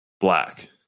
black